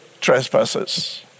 trespasses